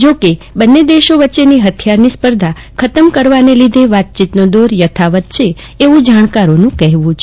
જોકે બંન્ને દેશો વચ્ચે હથિયારોની સ્પર્ધા ખતમ કરવાને લીધે વાતચીતનો દોર યથાવત છે એવુ જાણકારોનું કહેવુ છે